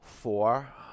Four